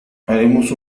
haremos